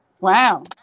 Wow